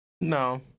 No